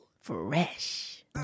Fresh